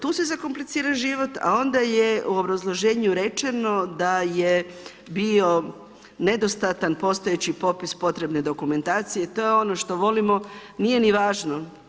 Tu se zakomplicira život, a onda je u obrazloženju rečeno da je bio nedostatan postojeći popis potrebne dokumentacije i to je ono što volimo, nije ni važno.